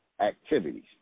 activities